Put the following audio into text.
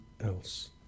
else